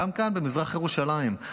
גם כאן במזרח ירושלים.